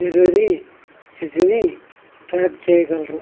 delivery స్థితిని track చేయగలరా